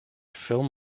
film